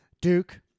Duke